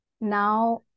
Now